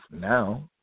now